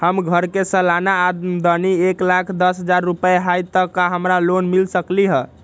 हमर घर के सालाना आमदनी एक लाख दस हजार रुपैया हाई त का हमरा लोन मिल सकलई ह?